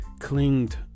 clinged